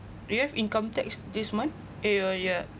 do you have income tax this month uh yeah yeah